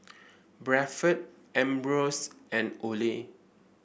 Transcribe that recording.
Bradford Ambros and Olay